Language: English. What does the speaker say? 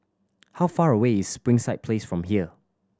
how far away is Springside Place from here